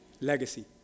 Legacy